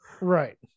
Right